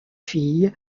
fille